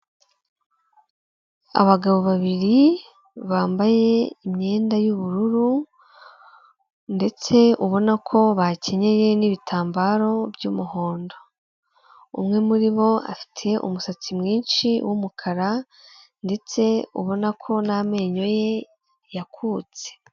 Abagabo babiri bambaye imyenda y'ubururu ndetse ubona ko bakenyeye n'ibitambaro by'umuhondo. Umwe muri bo afite umusatsi mwinshi w'umukara ndetse ubona ko n'amenyo ye yakutse.